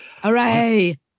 Hooray